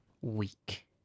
week